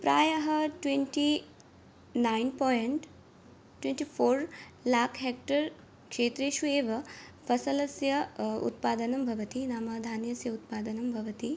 प्रायः twenty nine point twenty four lakh hectare क्षेत्रेषु एव फसलस्य उत्पादनं भवति नाम धान्यस्य उत्पादनं भवति